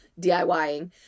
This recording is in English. DIYing